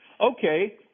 Okay